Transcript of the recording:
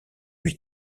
lui